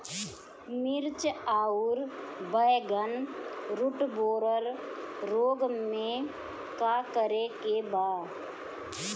मिर्च आउर बैगन रुटबोरर रोग में का करे के बा?